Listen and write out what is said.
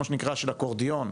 מה שנקרא 'שיטת אקורדיון',